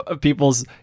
people's